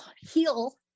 heal